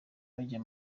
bajya